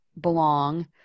belong